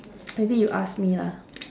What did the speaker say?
maybe you ask me lah